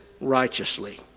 righteously